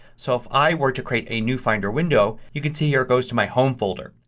so if i were to create a new finder window you could see here it goes to my home folder.